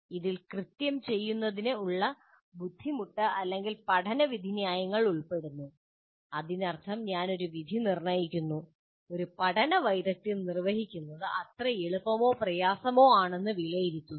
ഇതിൽ കൃത്യം ചെയ്യുന്നതിന് ഉളള ബുദ്ധിമുട്ട് അല്ലെങ്കിൽ പഠന വിധിന്യായങ്ങൾ ഉൾപ്പെടുന്നു അതിനർത്ഥം ഞാൻ ഒരു വിധി നിർണ്ണയിക്കുന്നു ഒരു പഠന വൈദഗ്ദ്ധ്യം നിർവ്വഹിക്കുന്നത് എത്ര എളുപ്പമോ പ്രയാസമോ ആണെന്ന് വിലയിരുത്തുന്നു